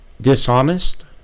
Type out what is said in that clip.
dishonest